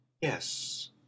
yes